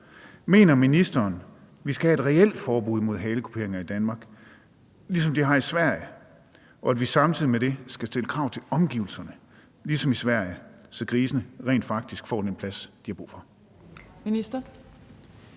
mener ministeren, vi skal have et reelt forbud mod halekuperinger i Danmark, ligesom de har i Sverige, og at vi samtidig med det skal stille krav til omgivelserne – ligesom i Sverige – så grisene rent faktisk får den plads, de har brug for?